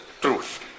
truth